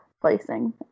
placing